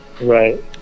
Right